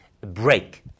break